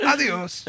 Adiós